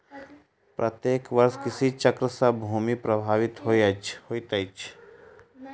प्रत्येक वर्ष कृषि चक्र से भूमि प्रभावित होइत अछि